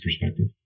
perspective